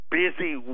busy